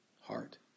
heart